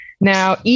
Now